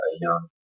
young